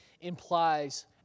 implies